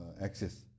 access